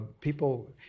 people